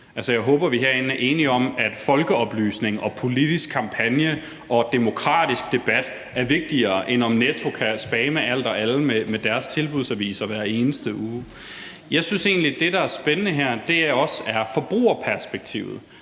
Jeg håber, vi herinde er enige om, at folkeoplysning og politisk kampagne og demokratisk debat er vigtigere, end om Netto kan spamme alt og alle med deres tilbudsaviser hver eneste uge. Jeg synes egentlig, det, der er spændende her, også er forbrugerperspektivet.